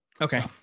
Okay